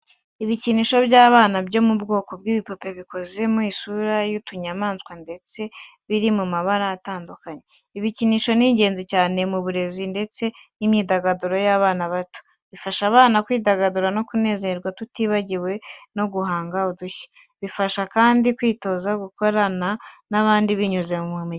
Ibikinisho by’abana byo mu bwoko bw'ibipupe bikoze mu isura y'utunyamaswa ndetse biri mu mabara atadukanye. Ibi bikinisho ni ingenzi cyane mu burezi ndetse n’imyidagaduro y’abana bato. Bifasha abana kwidagadura no kunezerwa tutibagiwe no guhanga udushya. Bibafasha kandi kwitoza gukorana n’abandi binyuze mu mikino.